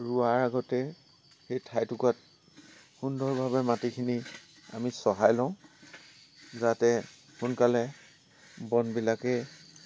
ৰোৱাৰ আগতে সেই ঠাইটুকুৰাত সুন্দৰভাৱে মাটিখিনি আমি চহাই লওঁ যাতে সোনকালে বনবিলাকে